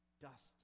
Dust